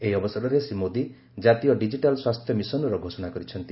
ଏହି ଅବସରରେ ଶ୍ରୀ ମୋଦୀ ଜାତୀୟ ଡିଜିଟାଲ୍ ସ୍ୱାସ୍ଥ୍ୟ ମିଶନ୍ର ଘୋଷଣା କରିଛନ୍ତି